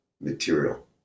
material